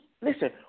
listen